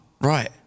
right